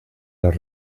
las